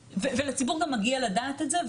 לציבור גם מגיע לדעת את זה.